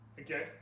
Okay